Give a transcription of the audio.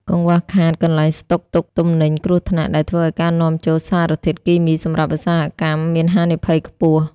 កង្វះខាត "កន្លែងស្តុកទុកទំនិញគ្រោះថ្នាក់" ដែលធ្វើឱ្យការនាំចូលសារធាតុគីមីសម្រាប់ឧស្សាហកម្មមានហានិភ័យខ្ពស់។